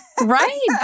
Right